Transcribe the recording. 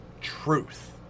truth